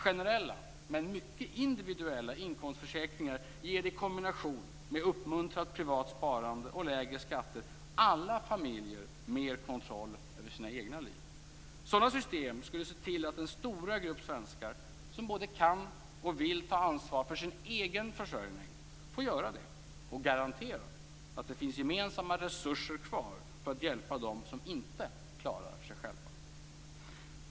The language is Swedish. Generella, men mycket individuella inkomstförsäkringar ger i kombination med uppmuntrat privat sparande och lägre skatter alla familjer mer kontroll över sina egna liv. Sådana system skulle se till att den stora grupp svenskar som både kan och vill ta ansvar för sin egen försörjning får göra det och garanterar att det finns gemensamma resurser kvar för att hjälpa dem som inte klarar sig själva.